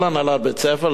כל הנהלת בית-ספר,